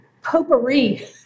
potpourri